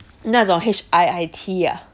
那种 H_I_I_T ah